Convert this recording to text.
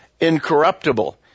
incorruptible